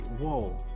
whoa